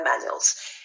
manuals